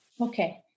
Okay